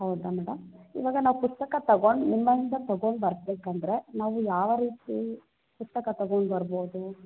ಹೌದಾ ಮೇಡಮ್ ಇವಾಗ ನಾವು ಪುಸ್ತಕ ತಗೊಂಡು ನಿಮ್ಮಿಂದ ತಗೊಂಡು ಬರ್ಬೇಕೆಂದ್ರೆ ನಾವು ಯಾವ ರೀತಿ ಪುಸ್ತಕ ತಗೊಂಡು ಬರ್ಬೋದು